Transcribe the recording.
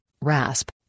rasp